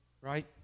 right